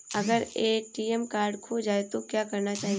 अगर ATM card खो जाए तो क्या करना चाहिए?